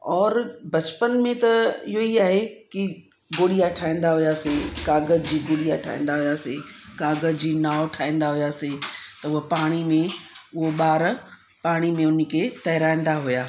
और बचपन में त इहो ई आहे कि गुड़िया ठाहींदा हुयासीं क़ागज जी गुड़िया ठाहींदा हुयासीं क़ागज जी नाव ठाहींदा हुयासीं त उहे पाणी में उहो ॿार पाणी में उनखे तैराईंदा हुया